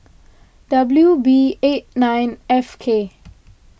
W B eight nine F K